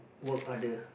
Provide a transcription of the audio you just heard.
work harder